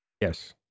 Yes